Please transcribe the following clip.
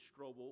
Strobel